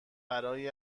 برای